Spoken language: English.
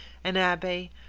an abbe,